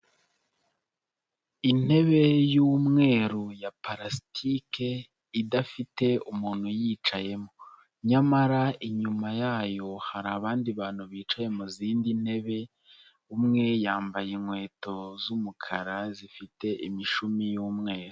Intebe y'umweru ya palasitike idafite umuntu uyicayemo, nyamara inyuma yayo hari abandi bantu bicaye mu zindi ntebe, umwe yambaye inkweto z'umukara zifite imishumi y'mweru.